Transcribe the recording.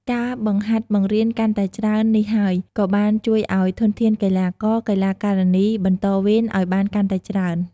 ការបង្ហាត់បង្រៀនកាន់តែច្រើននេះហើយ គឺបានជួយអោយធនធានកីឡាករ-កីឡាការិនីបន្តវេនឱ្យបានកាន់តែច្រើន។